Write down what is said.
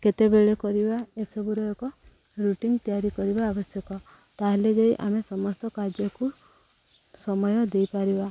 କେତେବେଳେ କରିବା ଏସବୁର ଏକ ରୁଟିନ୍ ତିଆରି କରିବା ଆବଶ୍ୟକ ତା'ହେଲେ ଯାଇ ଆମେ ସମସ୍ତ କାର୍ଯ୍ୟକୁ ସମୟ ଦେଇପାରିବା